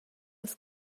las